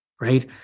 right